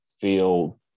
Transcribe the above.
feel